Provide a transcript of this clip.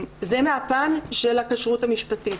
זה מהפן של הכשרות המשפטית,